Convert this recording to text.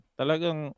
talagang